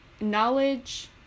knowledge